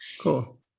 Cool